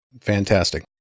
fantastic